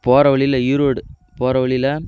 போகிற வழியில் ஈரோடு போகிற வழியில்